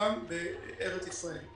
מומחיותם בארץ ישראל.